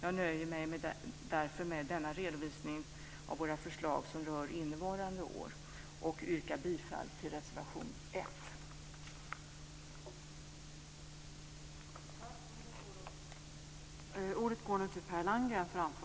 Jag nöjer mig därför med denna redovisning av våra förslag som rör innevarande år och yrkar bifall till reservation nr 1.